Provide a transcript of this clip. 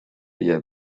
via